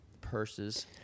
purses